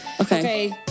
Okay